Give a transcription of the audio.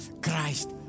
Christ